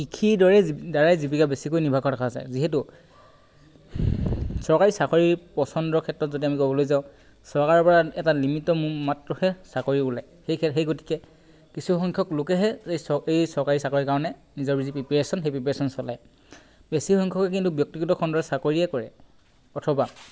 কৃষিৰ দৰেই দ্বাৰাই বেছি জীৱিকা নিৰ্ভৰ কৰা দেখা যায় যিহেতু চৰকাৰী চাকৰিৰ পচন্দৰ ক্ষেত্ৰত যদি আমি ক'বলৈ যাওঁ চৰকাৰৰ পৰা এটা নিমিত্ৰ মাত্ৰহে চাকৰি ওলায় সেয়েহে সেইগতিকে কিছুসংখ্যক লোকেহে এই চৰকাৰী চাকৰিৰ কাৰণে নিজৰ যি প্ৰিপেৰেশ্যন সেই প্ৰিপেৰেশ্যন চলায় বেছি সংখ্যকে কিন্তু ব্যক্তিগত খণ্ডৰ চাকৰিয়ে কৰে অথবা